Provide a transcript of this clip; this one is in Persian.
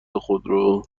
خودرو